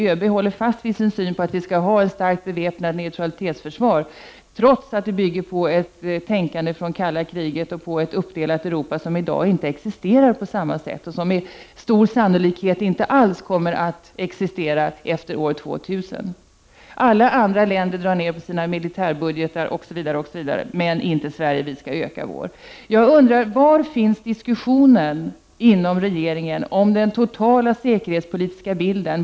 ÖB håller fast vid sin syn, att vi skall ha ett starkt beväpnat neutralitetsförsvar, trots att det bygger på ett tänkande från det kalla kriget och på ett uppdelat Europa, som i dag inte existerar på samma sätt och som med stor sannolikhet inte alls kommer att existera efter år 2000. Alla andra länder drar ner på sina militärbudgetar osv., men inte Sverige; vi ökar vår. Var finns diskussionen inom regeringen om den totala säkerhetspolitiska bilden?